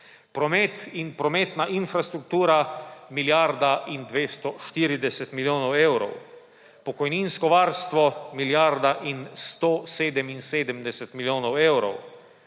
promet in prometna infrastruktura milijarda in 240 milijonov evrov, pokojninsko varstvo – milijarda in 177 milijonov evrov,